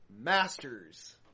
masters